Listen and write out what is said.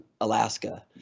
Alaska